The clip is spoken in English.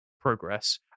progress